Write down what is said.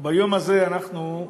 ביום הזה אנחנו,